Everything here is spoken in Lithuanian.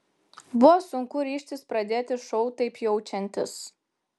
buvo sunku ryžtis pradėti šou taip jaučiantis